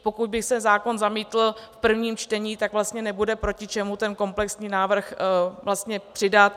Pokud by se zákon zamítl v prvním čtení, tak vlastně nebude proti čemu ten komplexní návrh přidat.